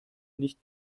nicht